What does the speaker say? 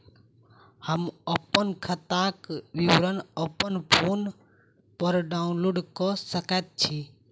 हम अप्पन खाताक विवरण अप्पन फोन पर डाउनलोड कऽ सकैत छी?